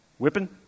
Whipping